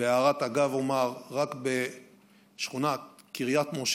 בהערת אגב אומר רק שבשכונת קריית משה,